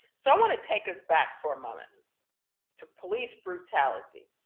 so want to take us back for a moment to police brutality.